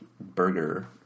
burger